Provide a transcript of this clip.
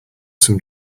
some